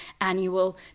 annual